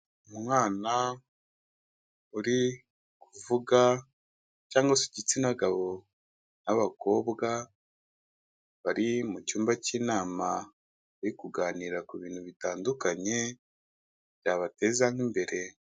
Umwana uri kuvuga cyangwa se igitsina gabo n'abakobwa bari mu cyumba cy'inama, iri kuganira ku bintu bitandukanye, byabateza nk'imbere.